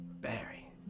Barry